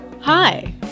Hi